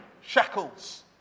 shackles